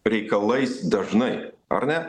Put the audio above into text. reikalais dažnai ar ne